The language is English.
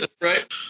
right